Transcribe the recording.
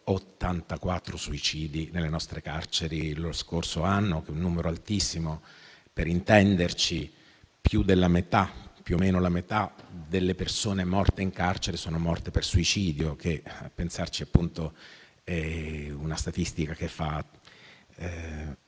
84 suicidi nelle nostre carceri lo scorso anno: è un numero altissimo; per intenderci, più o meno la metà delle persone morte in carcere sono morte per suicidio. A pensarci, è una statistica che fa